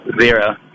Zero